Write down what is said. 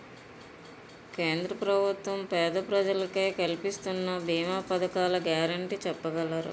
కేంద్ర ప్రభుత్వం పేద ప్రజలకై కలిపిస్తున్న భీమా పథకాల గ్యారంటీ చెప్పగలరా?